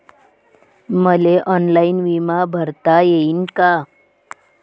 मले ऑनलाईन बिमा भरता येईन का?